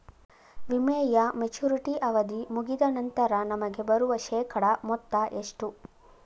ವಿಮೆಯ ಮೆಚುರಿಟಿ ಅವಧಿ ಮುಗಿದ ನಂತರ ನಮಗೆ ಬರುವ ಶೇಕಡಾ ಮೊತ್ತ ಎಷ್ಟು?